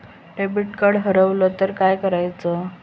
Debit card हरवल तर काय करायच?